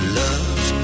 love